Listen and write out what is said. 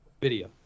video